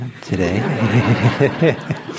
today